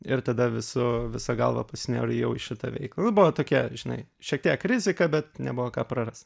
ir tada visu visa galva pasinėriau jau į šitą veiklą nu buvo tokia žinai šiek tiek rizika bet nebuvo ką prarast